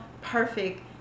perfect